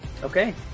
okay